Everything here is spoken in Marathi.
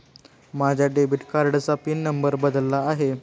माझ्या डेबिट कार्डाचा पिन नंबर बदलला आहे